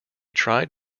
tried